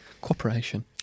Cooperation